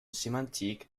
sémantique